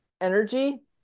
energy